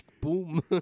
Boom